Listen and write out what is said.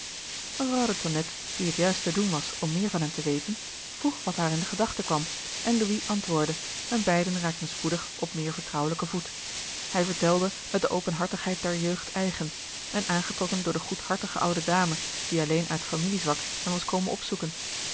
mevrouw de tonnette wie het juist te doen was om meer van hem te weten vroeg wat haar in de gedachte kwam en louis antwoordde en beiden raakten spoedig op meer vertrouwelijken voet hij vertelde met de openhartigheid der jeugd eigen en aangetrokken door de goedhartige oude dame die alleen uit familiezwak hem was komen opzoeken